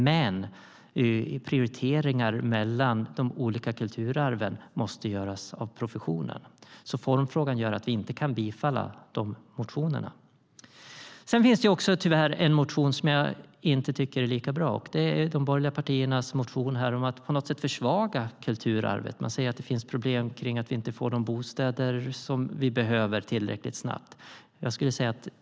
Men prioriteringar mellan de olika kulturarven måste göras av professionen. Formfrågan gör alltså att vi inte kan bifalla de motionerna. Det finns tyvärr också en motion som jag inte tycker är lika bra. Det är de borgerliga partiernas motion om att på något sätt försvaga kulturarvet. Man säger att det finns problem med att vi inte tillräckligt snabbt får de bostäder som vi behöver.